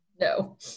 No